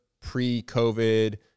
pre-COVID